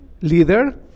leader